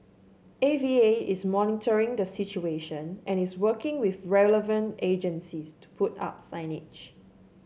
A V A is monitoring the situation and is working with relevant agencies to put up signage